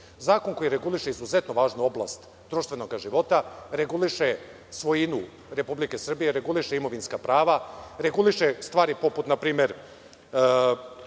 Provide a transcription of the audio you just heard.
zakon koji reguliše izuzetno važnu oblast društvenog života, reguliše svojinu Republike Srbije, reguliše imovinska prava, reguliše stvari, poput npr.